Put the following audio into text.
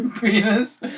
penis